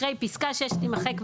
"פסקה (6) תימחק,